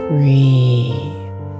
Breathe